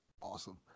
Awesome